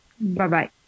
Bye-bye